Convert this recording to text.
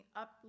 up